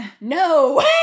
no